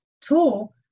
tool